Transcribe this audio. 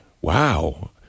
Wow